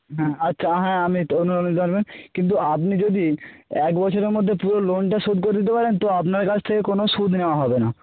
হ্যাঁ আচ্ছা হ্যাঁ আমি কিন্তু আপনি যদি এক বছরের মধ্যে পুরো লোনটা শোধ করে দিতে পারেন তো আপনার কাছ থেকে কোনো সুদ নেওয়া হবে না